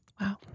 Wow